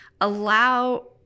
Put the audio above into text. allow